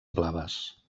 blaves